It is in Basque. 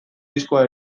diskoa